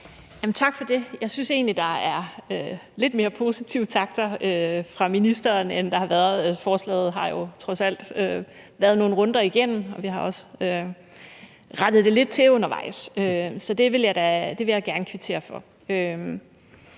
Tak for det. Jeg synes egentlig, der er lidt mere positive takter fra ministeren her, end der har været. Forslaget har jo trods alt været nogle runder igennem, og vi har også rettet det lidt til undervejs – så det vil jeg gerne kvittere for.